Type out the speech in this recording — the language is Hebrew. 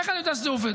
איך אני יודע שזה עובד?